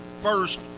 first